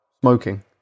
smoking